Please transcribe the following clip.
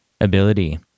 ability